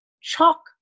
chalk